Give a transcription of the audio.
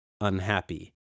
Unhappy